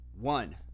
One